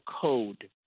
code